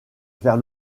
vers